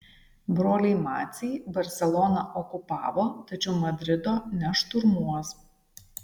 broliai maciai barseloną okupavo tačiau madrido nešturmuos